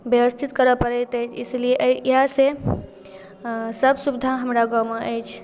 बेबस्थित करऽ पड़ैत अछि इसलिए इएहसँ सब सुविधा हमरा गाममे अछि